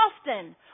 often